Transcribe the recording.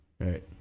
Right